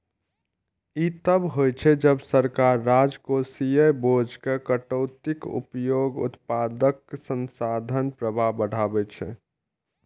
ई तब होइ छै, जब सरकार राजकोषीय बोझ मे कटौतीक उपयोग उत्पादक संसाधन प्रवाह बढ़बै छै